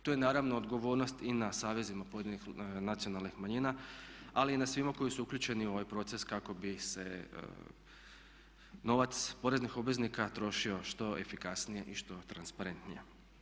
Tu je naravno odgovornost i na savezima pojedinih nacionalnih manjina, ali i na svima koji su uključeni u ovaj proces kako bi se novac poreznih obveznika trošio što efikasnije i što transparentnije.